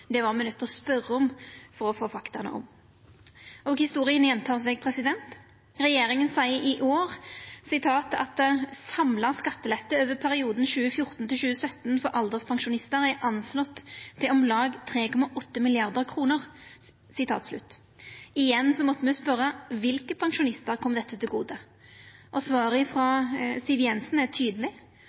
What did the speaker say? Det var me nøydde til å spørja om for å få fakta om. Og historia gjentek seg. Regjeringa seier i år at «samlet skattelettelse over perioden 2014–2017 for alderspensjonister er anslått til om lag 3,8 mrd. kr». Igjen måtte me spørja: Kva for pensjonistar kom dette til gode? Svaret frå Siv Jensen var tydeleg.